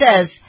says